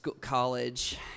college